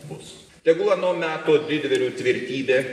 bus tegul ano meto didvyrių tvirtybė